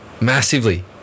massively